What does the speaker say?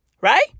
right